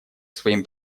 своим